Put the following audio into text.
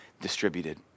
distributed